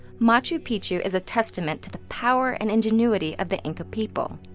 machu picchu is a testament to the power and ingenuity of the inca people.